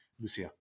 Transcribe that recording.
Lucia